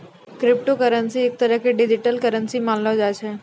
crypto currency एक तरह के डिजिटल करन्सी मानलो जाय छै